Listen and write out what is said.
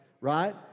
Right